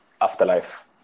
afterlife